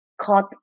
caught